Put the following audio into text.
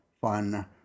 fun